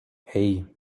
hei